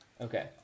Okay